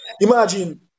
Imagine